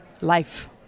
life